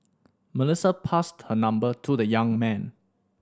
Melissa passed her number to the young man